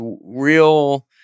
real